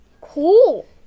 Cool